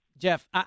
Jeff